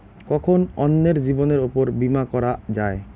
কখন অন্যের জীবনের উপর বীমা করা যায়?